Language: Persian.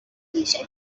هیچ